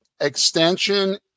extension